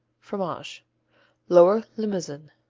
fromage lower limousin